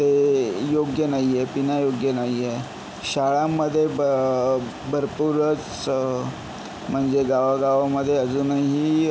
ते योग्य नाही आहे पिण्यायोग्य नाही आहे शाळांमध्ये ब भरपूरच म्हणजे गावागावामध्ये अजूनही